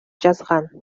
жазган